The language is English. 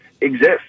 exist